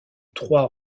trois